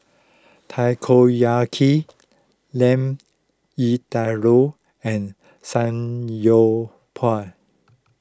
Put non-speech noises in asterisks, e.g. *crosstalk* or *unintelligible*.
Takoyaki Lamb *unintelligible* and Samgyeopsal